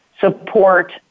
support